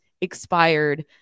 expired